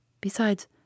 Besides